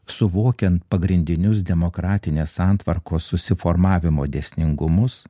suvokiant pagrindinius demokratinės santvarkos susiformavimo dėsningumus